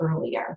earlier